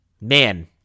Man